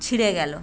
ছিঁড়ে গেল